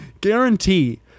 Guarantee